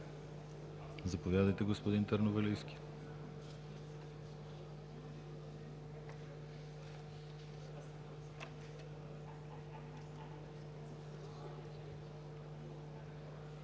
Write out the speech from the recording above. Заповядайте, господин Търновалийски.